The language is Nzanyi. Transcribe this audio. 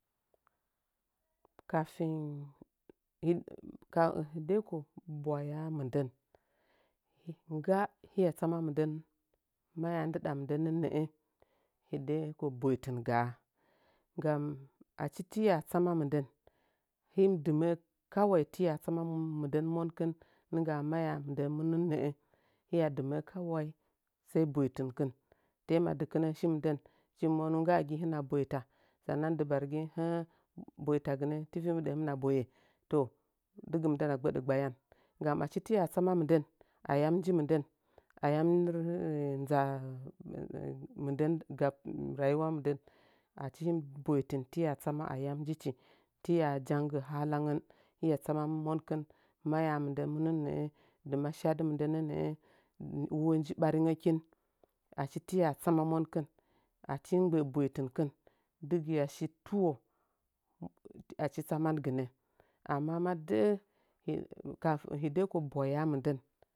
Kafin hin “ka hedeko boya mɨn dən ngga hiya tsama mɨndən mayandɨɗa mɨndə nɨn nə’ə hideko boitɨn gaa ngganu achi tiya tsama mɨndən hini dɨmə’ə kwai tiya tsama mɨndɨn monkɨn nɨngga a maya mɨdəə nə’ə hiya dɨmə’ə kawai sai boitɨnkɨn tema dɨkɨnə shi mɨndən hɨchim monu nggaagi hɨna boita sa’anau dɨ bargi boitagɨnə, tifi mbɨɗə himna boye toh digi mɨndəuna gbəɗə gbaya nggam achi tii ya tsaman mɨndən, ayam nji mɨndən ayan rə-nza mɨndən rayuwa mɨ ndən “achi him boitɨn tiya fbaman ayani nji chi tiya janggə halangən hiya tsa monkɨn maya mɨndə mun nii nə’ə dima shadi mɨndənə nə’ə ulo nji ɓaringənkin achi tiya tsama monkɨn achi him gbə’ə boitrukɨn dɨgɨ ya dɨ tuwo achi tsaman gɨnə amma ma də’ə “kafin – hedeko boye mɨndən.